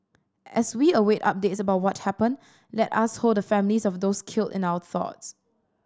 as we await updates about what happened let us hold the families of those killed in our thoughts